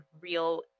real